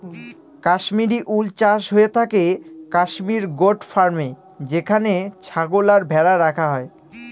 Kashmiri wool চাষ হয়ে থাকে কাশ্মির গোট ফার্মে যেখানে ছাগল আর ভেড়া রাখা হয়